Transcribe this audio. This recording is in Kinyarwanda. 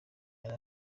yari